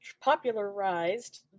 popularized